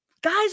guys